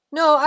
no